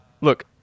look